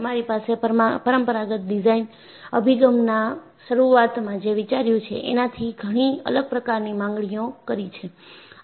તમારી પાસે પરમપરાગત ડિઝાઇન અભિગમના શરૂઆતમાં જે વિચાર્યું છે એનાથી ઘણી અલગ પ્રકારની માંગણીઓ કરી છે